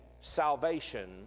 salvation